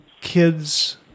kids